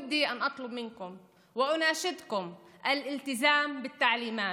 ברצוני לבקש מכם ולהפציר בכם לשמור על ההוראות.